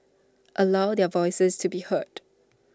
allow their voices to be heard